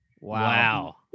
Wow